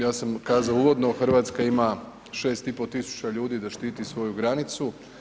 Ja sam kazao uvodno, Hrvatska ima 6.500 ljudi da štiti svoju granicu.